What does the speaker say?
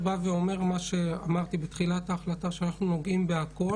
כמו מיאדה שאת פגשת אותה ב"ריאן",